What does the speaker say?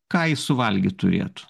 ką ji suvalgyt turėtų